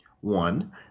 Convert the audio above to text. One